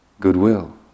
goodwill